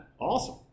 Awesome